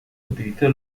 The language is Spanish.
utilizó